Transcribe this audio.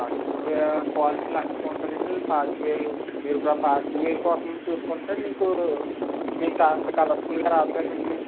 లక్షక్వా quality lakh కుంటదండి పాతిక వేలు మీరు ఇప్పుడా పాతిక వేల కోసం చూసుకుంటే మీకూ మీకు అంత కలర్ఫుల్గా రాదు కదండి